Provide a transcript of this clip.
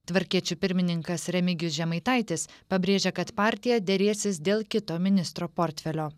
tvarkiečių pirmininkas remigijus žemaitaitis pabrėžia kad partija derėsis dėl kito ministro portfelio